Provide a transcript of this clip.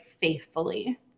faithfully